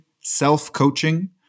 self-coaching